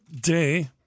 day